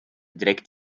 direkt